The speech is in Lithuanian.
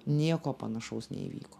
nieko panašaus neįvyko